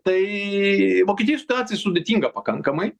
tai vokietijoj situacija sudėtinga pakankamai